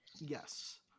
Yes